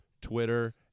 twitter